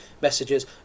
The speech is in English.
messages